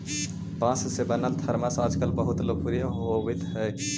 बाँस से बनल थरमस आजकल बहुत लोकप्रिय होवित हई